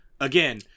Again